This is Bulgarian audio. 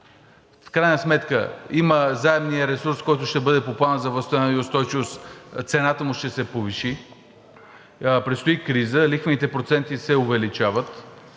В крайна сметка има заемния ресурс, който ще бъде по Плана за възстановяване и устойчивост, и цената ще му се повиши. Престои криза, лихвените проценти се увеличават.